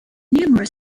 numerous